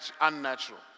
unnatural